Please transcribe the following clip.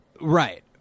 Right